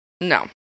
No